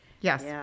yes